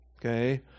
Okay